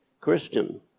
Christian